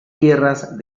tierras